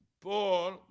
Paul